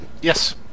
yes